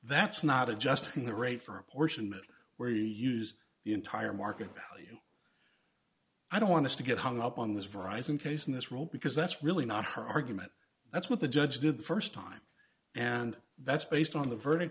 that's not adjusting the rate for apportionment where you use the entire market value i don't want to get hung up on this rising case in this role because that's really not her argument that's what the judge did the st time and that's based on the verdict